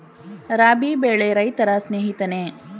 ರಾಬಿ ಬೆಳೆ ರೈತರ ಸ್ನೇಹಿತನೇ?